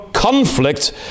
Conflict